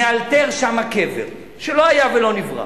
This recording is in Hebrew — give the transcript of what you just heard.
נאלתר שם קבר שלא היה ולא נברא